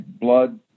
blood